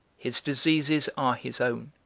his diseases are his own,